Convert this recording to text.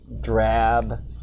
drab